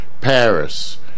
Paris